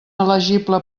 elegible